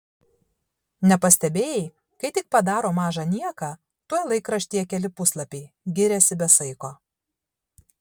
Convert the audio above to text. nepastebėjai kai tik padaro mažą nieką tuoj laikraštyje keli puslapiai giriasi be saiko